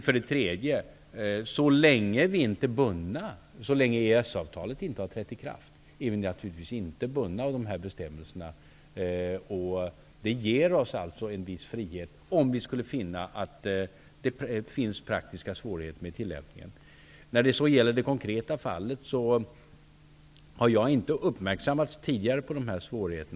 För det tredje är vi, så länge EES-avtalet inte har trätt i kraft, naturligtvis inte bundna av de här bestämmelserna. Det ger oss alltså en viss frihet om vi skulle se att det finns praktiska svårigheter i fråga om tillämpningen. I det här konkreta fallet kan jag säga att jag inte tidigare gjorts uppmärksam på nämnda svårigheter.